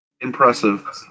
impressive